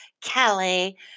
Kelly